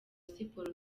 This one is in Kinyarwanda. siporo